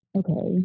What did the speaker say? okay